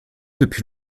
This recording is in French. depuis